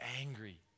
angry